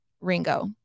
Ringo